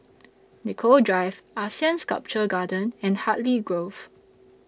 Nicoll Drive Asean Sculpture Garden and Hartley Grove